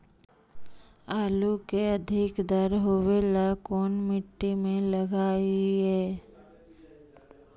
आलू के अधिक दर होवे ला कोन मट्टी में लगीईऐ?